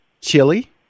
Chili